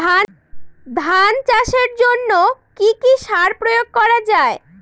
ধান চাষের জন্য কি কি সার প্রয়োগ করা য়ায়?